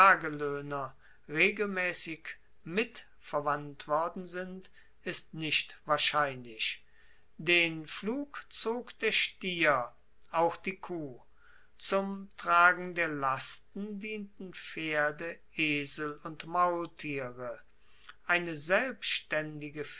regelmaessig mit verwandt worden sind ist nicht wahrscheinlich den pflug zog der stier auch die kuh zum tragen der lasten dienten pferde esel und maultiere eine selbstaendige